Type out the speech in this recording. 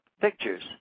pictures